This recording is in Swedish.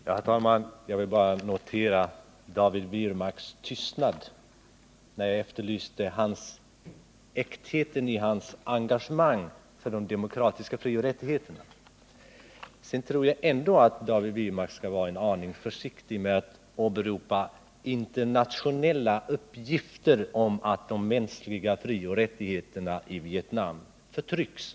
Herr talman! Jag vill bara notera David Wirmarks tystnad när jag efterlyste äktheten i hans engagemang för de demokratiska frioch rättigheterna. Sedan tror jag att David Wirmark bör vara en aning försiktig med att åberopa ”internationella uppgifter” om att de mänskliga frioch rättigheterna i Vietnam förtrycks.